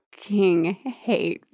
hate